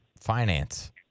finance